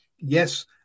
Yes